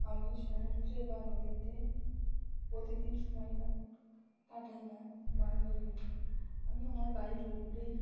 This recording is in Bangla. আমি সমুদ্রে বা নদীতে প্রতিদিন সময় কাট কাটাই না মাছ ধরি না আমি আমার বাড়ির পুকুরে